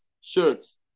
shirts